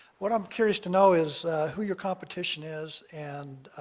what i'm curious to know is who your competition is, and